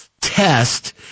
test